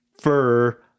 fur